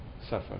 suffer